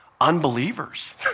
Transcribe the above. unbelievers